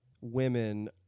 women